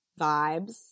vibes